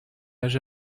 âge